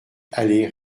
allée